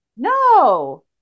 No